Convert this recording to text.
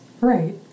Right